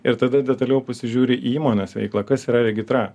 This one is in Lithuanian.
ir tada detaliau pasižiūri įmonės veiklą kas yra regitra